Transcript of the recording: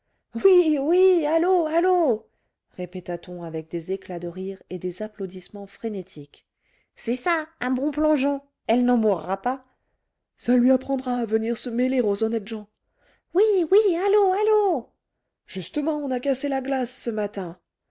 oui oui à l'eau à l'eau répéta t on avec des éclats de rire et des applaudissements frénétiques c'est ça un bon plongeon elle n'en mourra pas ça lui apprendra à venir se mêler aux honnêtes gens oui oui à l'eau à l'eau justement on a cassé la glace ce matin